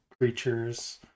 creatures